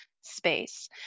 space